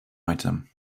item